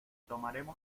tomaremos